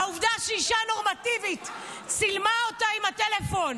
העובדה שאישה נורמטיבית צילמה אותה עם הטלפון